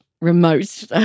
remote